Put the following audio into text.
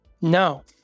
No